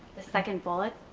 the second bullet,